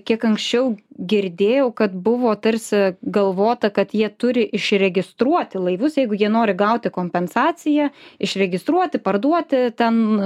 kiek anksčiau girdėjau kad buvo tarsi galvota kad jie turi išregistruoti laivus jeigu jie nori gauti kompensaciją išregistruoti parduoti ten